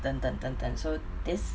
等等等等 so this